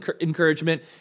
encouragement